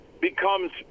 becomes